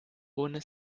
ohne